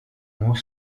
more